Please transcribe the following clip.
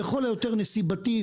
לכל היותר נסיבתי,